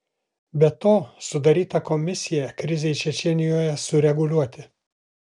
be to sudaryta komisija krizei čečėnijoje sureguliuoti